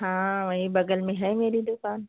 हाँ वहीं बगल में है मेरी दुकान